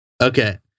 Okay